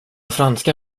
franska